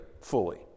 fully